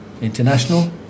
international